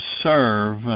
serve